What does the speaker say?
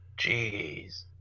Jeez